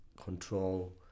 control